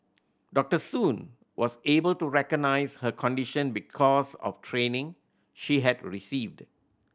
Doctor Soon was able to recognise her condition because of training she had received